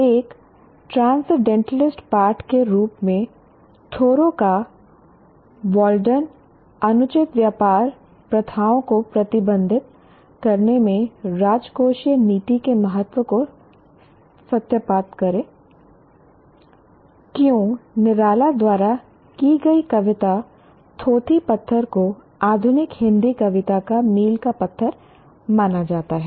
एक ट्रांसेंडैंटलिस्ट पाठ के रूप में थोरो का वाल्डेन Thoreau's Walden अनुचित व्यापार प्रथाओं को प्रतिबंधित करने में राजकोषीय नीति के महत्व को सत्यापित करें क्यों निराला द्वारा की गई कविता थोथी पथर को आधुनिक हिंदी कविता का मील का पत्थर माना जाता है